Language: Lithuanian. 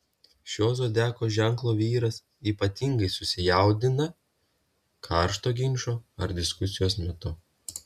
šio zodiako ženklo vyras ypatingai susijaudina karšto ginčo ar diskusijos metu